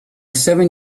seven